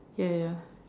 ya ya ya